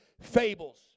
fables